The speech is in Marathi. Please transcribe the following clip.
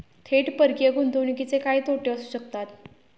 थेट परकीय गुंतवणुकीचे काय तोटे असू शकतात?